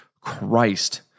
Christ